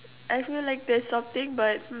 I feel like there's something but hmm